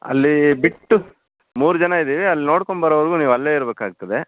ಅಲ್ಲಿ ಬಿಟ್ಟು ಮೂರು ಜನ ಇದ್ದೀವಿ ಅಲ್ಲಿ ನೋಡ್ಕೊಂಬರೋವರೆಗು ನೀವು ಅಲ್ಲೆ ಇರ್ಬೇಕು ಆಗ್ತದೆ